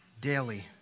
daily